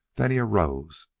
then he arose,